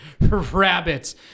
rabbits